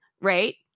right